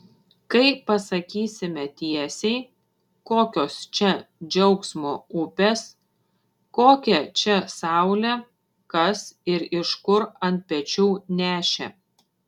kai pasakysime tiesiai kokios čia džiaugsmo upės kokią čia saulę kas ir iš kur ant pečių nešė